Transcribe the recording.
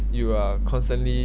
you are constantly